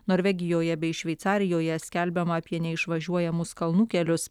norvegijoje bei šveicarijoje skelbiama apie neišvažiuojamus kalnų kelius